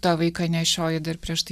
tą vaiką nešiojai dar prieš tai